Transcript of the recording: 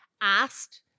asked